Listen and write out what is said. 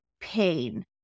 pain